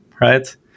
right